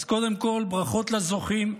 אז קודם כול, ברכות לזוכים.